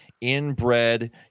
inbred